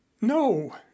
no